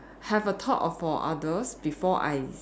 have a thought for others before I